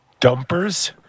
Dumpers